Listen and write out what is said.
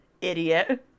idiot